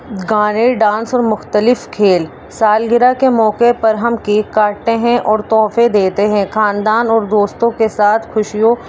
گانے ڈانس اور مختلف کھیل سالگرہ کے موقعے پر ہم کیک کاٹتے ہیں اور توحفے دیتے ہیں خاندان اور دوستوں کے ساتھ خوشیوں